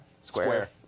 Square